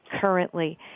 currently